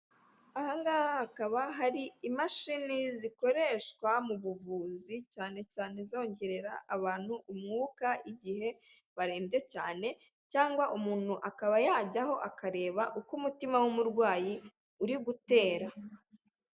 Ahangaha hakaba hari imashini zikoreshwa mu buvuzi cyane cyane zongerera abantu umwuka igihe barembye cyane cyangwa umuntu akaba yajyaho akareba uko umutima w'umurwayi uri gutera.